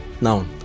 Now